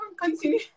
Continue